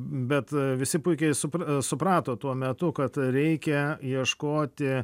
bet visi puikiai supr suprato tuo metu kad reikia ieškoti